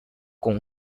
con